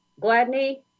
Gladney